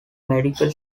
medical